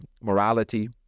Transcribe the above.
morality